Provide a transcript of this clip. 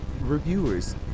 reviewers